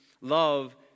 love